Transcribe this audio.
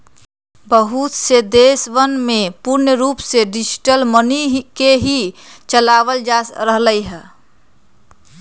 बहुत से देशवन में पूर्ण रूप से डिजिटल मनी के ही चलावल जा रहले है